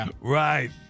Right